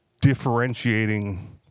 differentiating